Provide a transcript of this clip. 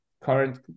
current